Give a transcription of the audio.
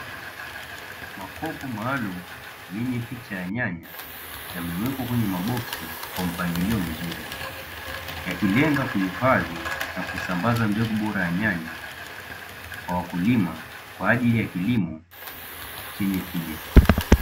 Makopo maalum yenye picha ya nyanya yamewekwa kwenye maboksi kwa mpangilio mzuri yakilenga kuhifadhi na kusambaza mbegu bora ya nyanya kwa wakulima, kwa ajili ya kilimo chenye tija.